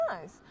nice